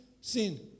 sin